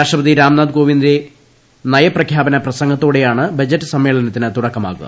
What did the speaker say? രാഷ്ട്രപതി രാംനാഥ് കോവിന്ദിന്റെ നയപ്രഖ്യാപന പ്രസംഗത്തോടെയാണ് ബജറ്റ് സമ്മേളനത്തിന് തുടക്കമാകുക